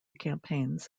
campaigns